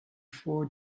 four